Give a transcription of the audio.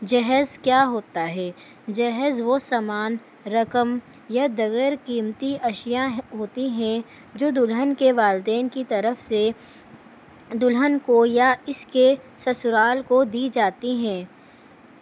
جہیز کیا ہوتا ہے جہیز وہ سامان رقم یا دیگر قیمتی اشیاء ہوتی ہیں جو دلہن کے والدین کی طرف سے دلہن کو یا اس کے سسرال کو دی جاتی ہیں